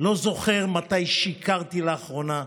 לא זוכר מתי שיקרתי לאחרונה,